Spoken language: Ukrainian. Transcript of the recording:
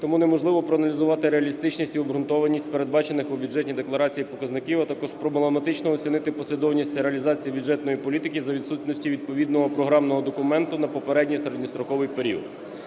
тому неможливо проаналізувати реалістичність і обґрунтованість передбачених у Бюджетній декларації показників, а також проблематично оцінити послідовність та реалізацію бюджетної політики за відсутності відповідного програмного документа на попередній середньостроковий період.